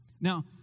Now